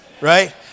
Right